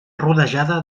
rodejada